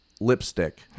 lipstick